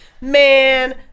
man